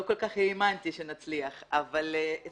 לא כל כך האמנתי שנצליח אבל הצלחנו,